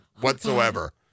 whatsoever